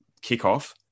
kickoff